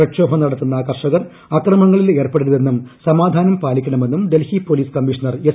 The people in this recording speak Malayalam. പ്രക്ഷോഭം നടത്തുന്ന കർഷകർ അക്രമങ്ങളിൽ ഏർപ്പെടരുതെന്നും സമാധാനം പാലിക്കണമെന്നും ഡൽഹി പൊലീസ് കമ്മീഷണർ എസ്